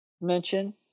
mention